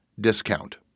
discount